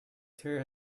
tear